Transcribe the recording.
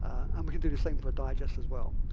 and we can do the same for digest as well.